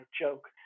joke